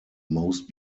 most